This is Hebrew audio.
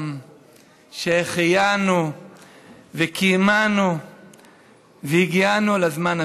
העולם שהחיינו וקיימנו והגיענו לזמן הזה.